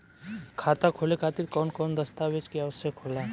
खाता खोले खातिर कौन कौन दस्तावेज के आवश्यक होला?